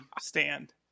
stand